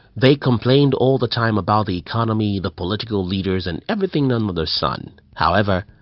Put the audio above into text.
they complain all the time about the economy, the political leaders and everything under the sun. however,